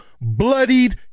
bloodied